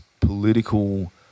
political